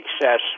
success